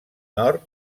nord